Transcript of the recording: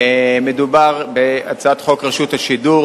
מדובר בהצעת חוק רשות השידור